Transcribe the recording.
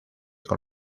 con